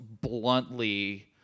bluntly